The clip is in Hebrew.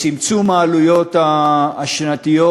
צמצום העלויות השנתיות,